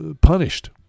punished